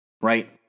Right